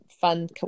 fun